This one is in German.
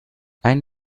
ein